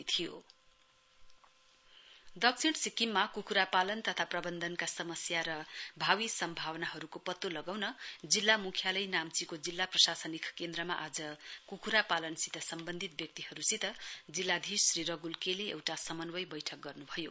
poultry stakeholder meet दक्षिण सिक्किममा कुखुरा पालन तथा प्रवन्धनका समस्या र भावी सम्भावनाहरुकको पत्तो लगाउन जिल्ला मुख्यालय नाम्चीको जिल्ला प्रशासनिक केन्द्रमा आज कुखुरापालन सित सम्वन्धित व्यक्तिहरुसित जिल्लाधीश श्री रगुल के ले एउटा समन्वय वैठक गर्नुभयो